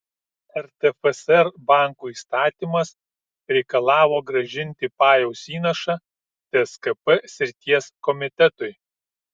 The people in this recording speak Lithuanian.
rtfsr bankų įstatymas reikalavo grąžinti pajaus įnašą tskp srities komitetui